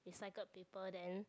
recycled paper then